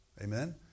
Amen